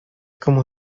como